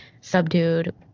subdued